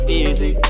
easy